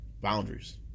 boundaries